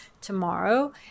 tomorrow